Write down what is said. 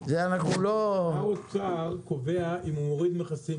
שר האוצר קובע אם הוא מוריד מכסים,